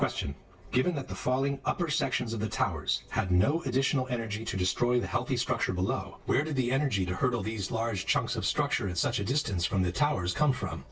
question given that the falling upper sections of the towers had no additional energy to destroy the healthy structure below where the energy to hurdle these large chunks of structure in such a distance from the towers come from